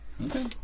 Okay